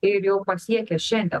ir jau pasiekė šiandien